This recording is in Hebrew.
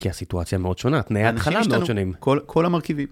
כי הסיטואציה מאוד שונה, תנאי ההתחלה מאוד שונים. כל-כל המרכיבים.